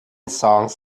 songs